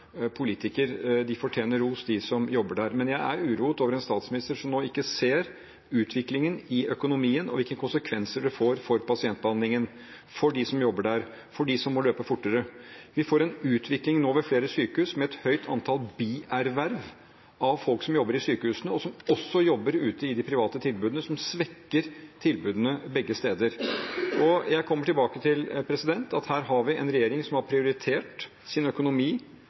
politiker. De fortjener ros de som jobber der. Men jeg er uroet over en statsminister som nå ikke ser utviklingen i økonomien og hvilke konsekvenser det får for pasientbehandlingen, for dem som jobber der, for dem som må løpe fortere. Vi får en utvikling nå ved flere sykehus med et høyt antall bierverv av folk som jobber i sykehusene, og som også jobber ute i de private tilbudene, noe som svekker tilbudene begge steder. Og jeg kommer tilbake til at her har vi en regjering som har prioritert sin økonomi,